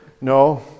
No